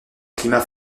climat